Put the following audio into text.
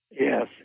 Yes